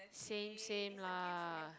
same same lah